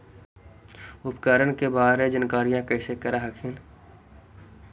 उपकरण के बारे जानकारीया कैसे कर हखिन?